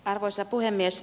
arvoisa puhemies